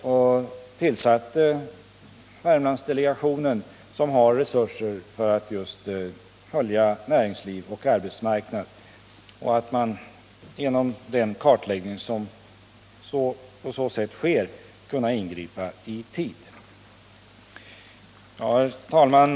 Vi har ju tillsatt Värmlandsdelegationen som har resurser att följa utvecklingen inom näringsliv och arbetsmarknad för att genom den kartläggning som görs kunna ingripa i tid. Herr talman!